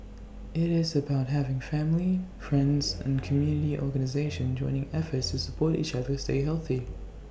IT is about having family friends and community organisations joining efforts to support each other stay healthy